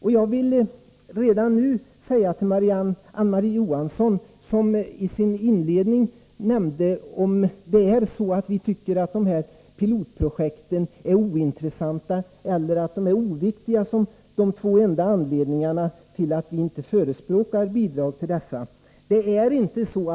I sitt inledande anförande undrade Marie-Ann Johansson om vi ansåg dessa pilotprojekt ointressanta eller oviktiga och om det var enda anledningen till att vi inte förespråkade ett bidrag till dem. Så är det inte.